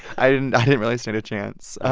i didn't i didn't really stand a chance.